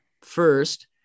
First